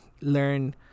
learn